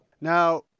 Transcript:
Now